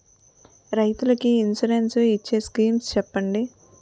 రైతులు కి ఇన్సురెన్స్ ఇచ్చే స్కీమ్స్ చెప్పండి?